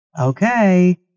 Okay